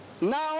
Now